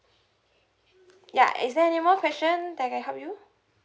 ya is there any more question that I can help you